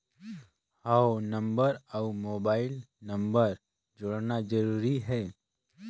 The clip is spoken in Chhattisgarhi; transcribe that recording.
हव नंबर अउ मोबाइल नंबर जोड़ना जरूरी हे?